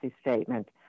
statement